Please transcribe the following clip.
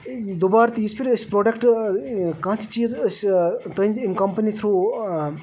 دُبارٕ تہِ یِژھ پھِر أسۍ پرٛوڈَکٹ کانٛہہ تہِ چیٖز أسۍ تُہِنٛدِ أمۍ کَمپنی تھرٛوٗ